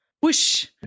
Whoosh